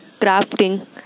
crafting